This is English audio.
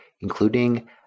including